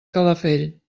calafell